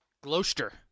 Gloucester